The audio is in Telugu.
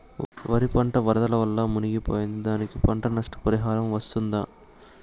వరి పంట వరదల వల్ల మునిగి పోయింది, దానికి పంట నష్ట పరిహారం వస్తుందా?